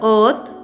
earth